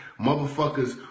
Motherfuckers